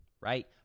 right